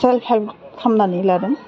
खालामनानै लादों